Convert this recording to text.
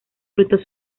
frutos